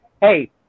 Hey